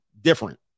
different